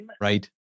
Right